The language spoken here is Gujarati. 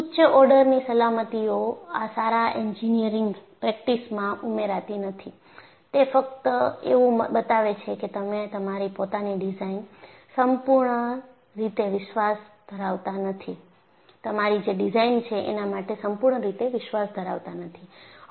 ઉચ્ચ ઓર્ડરની સલામતીઓ સારા એન્જિનિયરિંગ પ્રેક્ટિસમાં ઉમેરાતી નથી તે ફક્ત એવું બતાવે છે કે તમે તમારી પોતાની ડિઝાઇન માટે સંપૂર્ણ રીતે વિશ્વાસ ધરાવતા નથી